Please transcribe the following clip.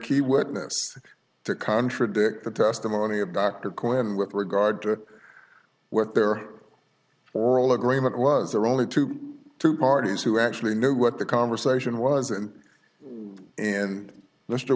key witness to contradict the testimony of dr cohen with regard to what their oral agreement was there only two two parties who actually knew what the conversation was and and mr